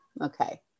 Okay